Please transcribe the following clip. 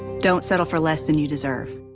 don't settle for less than you deserve.